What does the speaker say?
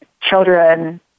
children